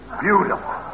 Beautiful